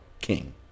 king